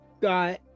got